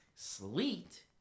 Sleet